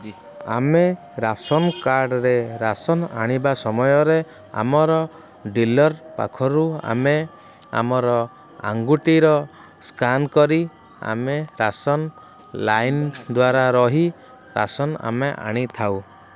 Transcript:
ଆମେ ରାସନକାର୍ଡ଼୍ରେ ରାସନ୍ ଆଣିବା ସମୟରେ ଆମର ଡିଲର୍ ପାଖରୁ ଆମେ ଆମର ଆଙ୍ଗୁଠିର ସ୍କାନ୍ କରି ଆମେ ରାସନ୍ ଲାଇନ୍ ଦ୍ୱାରା ରହି ରାସନ୍ ଆମେ ଆଣିଥାଉ